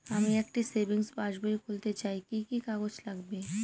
আমি একটি সেভিংস পাসবই খুলতে চাই কি কি কাগজ লাগবে?